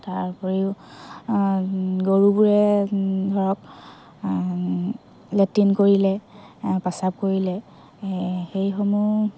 তাৰ উপৰিও গৰুবোৰে ধৰক লেট্ৰিন কৰিলে প্ৰস্ৰাৱ কৰিলে সেইসমূহ